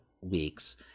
weeks